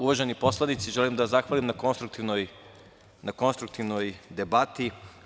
Uvaženi poslanici, želim da vam zahvalim na konstruktivnoj debati.